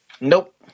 Nope